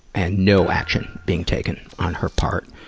and no action being taken on her part,